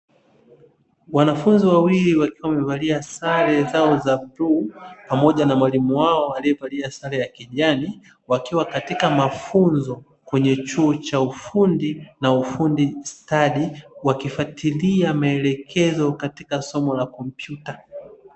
Wanafunzi wawili wakiwa wamevalia sare zao za bluu pamoja na mwalimu wao alivalia sare ya kijani wakiwa katika mafunzo kwenye chuo cha ufundi na ufundi stadi, wakifuatilia maelekezo katika somo la kompyuta.